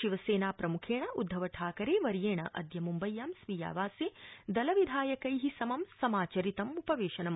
शिवसेना प्रमुखेण उद्घव ठाकरे वर्येण अद्य म़ाबय्यां स्वीयावासे दलविधायकै समं समाचरितम्पवेशनम्